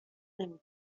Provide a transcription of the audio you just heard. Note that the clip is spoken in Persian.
نمی